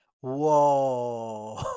Whoa